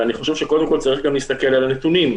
אבל אני חושב שקודם כול צריך גם להסתכל על הנתונים,